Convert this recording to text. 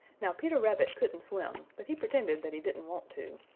now peter rabbit couldn't swim, but he pretended that he didn't want to.